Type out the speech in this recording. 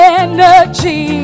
energy